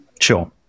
Sure